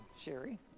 Sherry